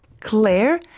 Claire